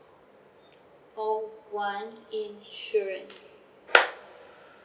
call one insurance